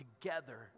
Together